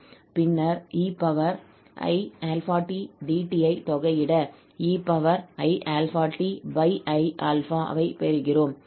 பின்னர் 𝑒𝑖𝛼𝑡𝑑𝑡 தொகையிட ei∝ti∝ ஐ பெறுகிறோம்